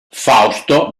fausto